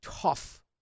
tough